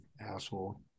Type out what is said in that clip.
Asshole